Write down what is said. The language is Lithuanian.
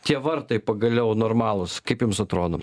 tie vartai pagaliau normalūs kaip jums atrodo